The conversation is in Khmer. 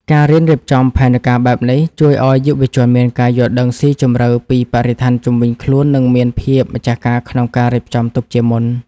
ការរៀនរៀបចំផែនការបែបនេះ ជួយឱ្យយុវជនមានការយល់ដឹងស៊ីជម្រៅពីបរិស្ថានជុំវិញខ្លួន និងមានភាពម្ចាស់ការក្នុងការរៀបចំទុកជាមុន។